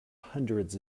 hundreds